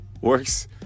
works